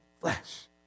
flesh